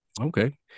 Okay